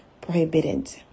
prohibited